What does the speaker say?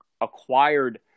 acquired